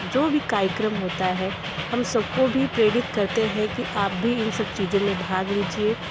जो भी कार्यक्रम होता है हम सबको भी प्रेरित करते हैं कि आप भी इन अब चीज़ों में भाग लीजिए